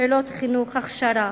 פעולות חינוך, הכשרה.